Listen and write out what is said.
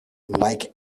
like